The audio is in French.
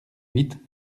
huit